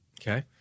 okay